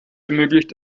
ermöglicht